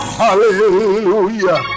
hallelujah